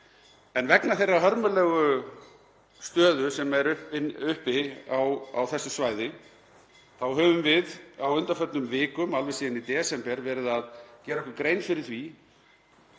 En vegna þeirrar hörmulegu stöðu sem er uppi á þessu svæði þá höfum við á undanförnum vikum, alveg síðan í desember, verið að gera okkur grein fyrir því